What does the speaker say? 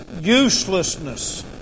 uselessness